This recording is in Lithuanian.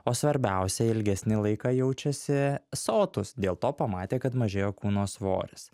o svarbiausia ilgesnį laiką jaučiasi sotūs dėl to pamatė kad mažėjo kūno svoris